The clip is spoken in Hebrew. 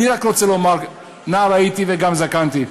אני רק רוצה לומר, נער הייתי וגם זקנתי,